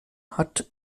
hat